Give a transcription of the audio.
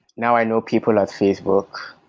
now i know people at facebook,